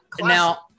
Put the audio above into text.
now